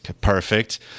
Perfect